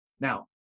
Now